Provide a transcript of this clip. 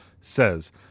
says